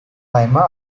lima